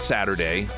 Saturday